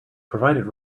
provided